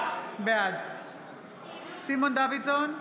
בעד סימון דוידסון,